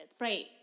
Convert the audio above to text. Right